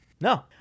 No